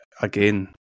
again